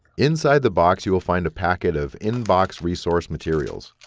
inside the box you will find a packet of in-box resource materials.